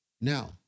Now